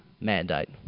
mandate